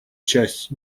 часть